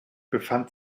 befand